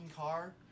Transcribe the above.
car